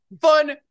Fun